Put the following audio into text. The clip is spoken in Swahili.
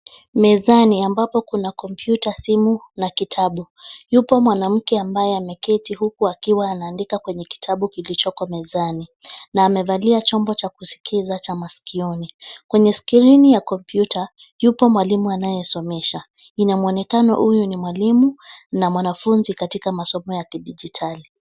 Mezani ambapo kuna kompyuta, simu na kitabu. Yupo mwanake ambaye ameketi huku akiwa anaandika kwenye kitabu kilichoko mezani na amevalia chombo cha kusikiza cha masikioni. Kwenye skrini ya kompyuta, yupo mwalimu anayesomesha. Ina mwonekano huyu ni mwalimu na mwanafunzi katika masomo ya kidijitali.